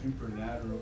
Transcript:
supernatural